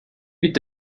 mit